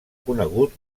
conegut